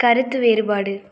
கருத்து வேறுபாடு